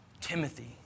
Timothy